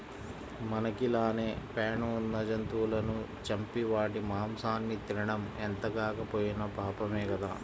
మనకి లానే పేణం ఉన్న జంతువులను చంపి వాటి మాంసాన్ని తినడం ఎంతగాకపోయినా పాపమే గదా